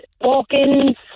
Walk-ins